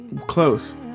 Close